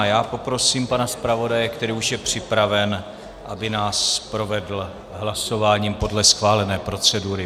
Já poprosím pana zpravodaje, který už je připraven, aby nás provedl hlasováním podle schválené procedury.